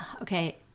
okay